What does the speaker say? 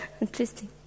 interesting